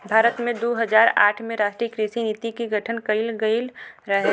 भारत में दू हज़ार आठ में राष्ट्रीय कृषि नीति के गठन कइल गइल रहे